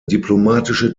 diplomatische